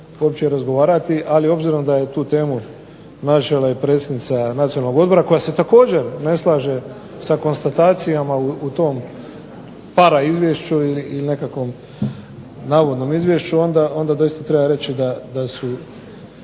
uopće razgovarati, ali obzirom da je tu temu načela predsjednica Nacionalnog odbora koja se također ne slaže sa konstatacijama u tom paraizvješću ili nekakvom navodnom izvješću onda doista treba reći da su